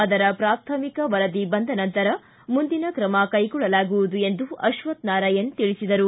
ಅದರ ಪ್ರಾಥಮಿಕ ವರದಿ ಬಂದ ನಂತರ ಮುಂದಿನ ಕ್ರಮ ಕೈಗೊಳ್ಳಲಾಗುವುದು ಎಂದು ಅಶ್ವತ್ಥ್ ನಾರಾಯಣ್ ತಿಳಿಸಿದರು